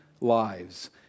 lives